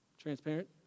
Transparent